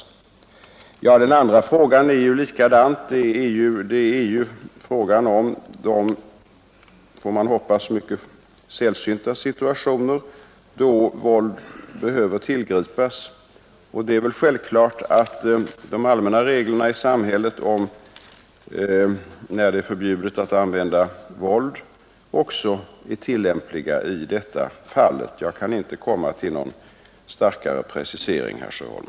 Herr Sjöholms andra fråga gällde de — som man får hoppas mycket sällsynta — situationer då våld behöver tillgripas. Det är självklart att de allmänna reglerna i samhället om när det är förbjudet att använda våld också är tillämpliga i sådana fall som vi här diskuterar. Jag kan inte komma till någon närmare precisering, herr Sjöholm.